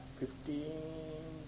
fifteen